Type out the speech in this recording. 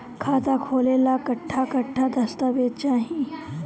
खाता खोले ला कट्ठा कट्ठा दस्तावेज चाहीं?